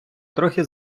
трохи